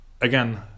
again